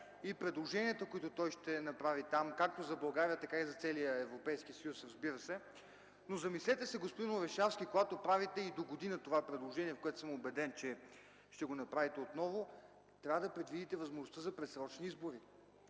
и предложенията, които той ще направи там както за България, така и за целия Европейски съюз, разбира се. Но, замислете се, господин Орешарски, когато правите и догодина това предложение, убеден съм, че ще го направите отново, трябва да предвидите възможността за предсрочни избори.